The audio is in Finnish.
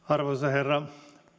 arvoisa herra